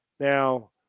Now